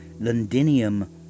Londinium